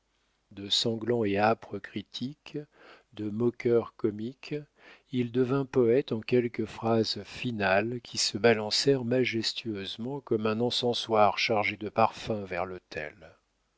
de sanglant et âpre critique de moqueur comique il devint poète en quelques phrases finales qui se balancèrent majestueusement comme un encensoir chargé de parfums vers l'autel